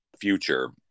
future